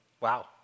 Wow